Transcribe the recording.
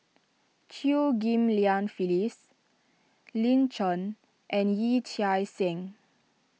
Chew Ghim Lian Phyllis Lin Chen and Yee Chia Hsing